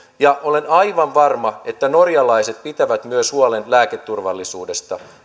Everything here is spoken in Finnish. ja olen aivan varma että norjalaiset pitävät huolen myös lääketurvallisuudesta